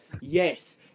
yes